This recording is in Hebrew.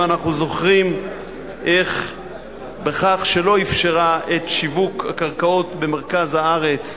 ואנחנו זוכרים איך בכך שלא אפשרה את שיווק הקרקעות במרכז הארץ,